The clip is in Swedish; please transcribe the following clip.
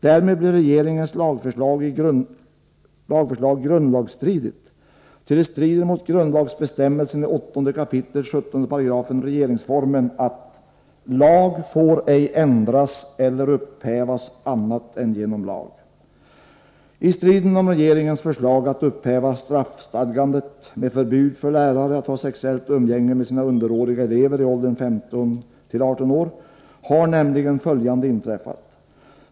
Därmed blir regeringens lagförslag grundlagsstridigt, ty det strider mot grundlagsbestämmelsen i 8 kap. 17§ regeringsformen: ”Lag får ej ändras eller upphävas annat än genom lag.” I striden om regeringens förslag att upphäva straffstadgandet med förbud för lärare att ha sexuellt umgänge med sina underåriga elever i åldern 15-18 år har följande inträffat.